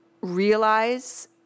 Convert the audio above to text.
realize